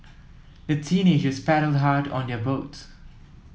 the teenagers paddled hard on their boat